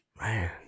Man